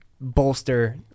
bolster